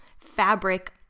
fabric